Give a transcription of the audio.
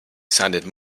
sounded